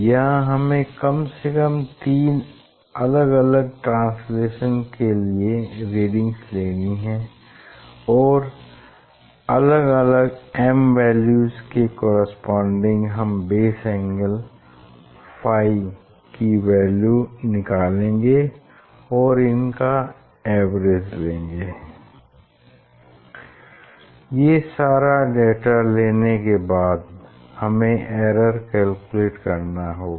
यहाँ हमे कम से कम तीन अलग अलग ट्रांसलेशन के लिए रीडिंग्स लेंगे और अलग अलग m वैल्यूज के कॉरेस्पोंडिंग हम बेस एंगल फाइ की वैल्यू निकालेंगे और इनका एवरेज लेंगे ये सारा डेटा लेने के बाद हमें एरर कैलकुलेट करना होगा